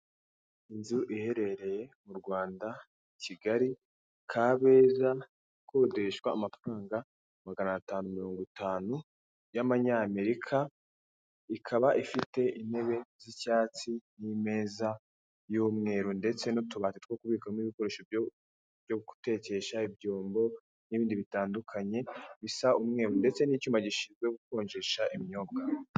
Inzu iherereye mu rRwanda i Kigali kabeza ikodeshwa amafaranga magana atanu mirongo itanu y'amanyamerika ikaba ifite intebe z'icyatsi n'ameza y'umweru ndetse n'utubati two kubikamo ibikoresho byo gutekesha ibyombo n'ibindi bitandukanye bisa umweru ndetse n'icyuma gishinzwe gukonjesha ibinyobwa,